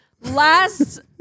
last